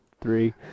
three